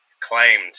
claimed